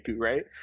right